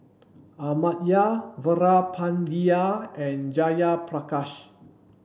Amartya Veerapandiya and Jayaprakash